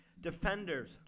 Defenders